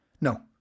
No